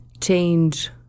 change